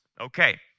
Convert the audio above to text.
okay